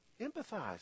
Empathize